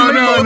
no